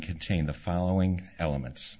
contain the following elements